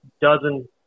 dozen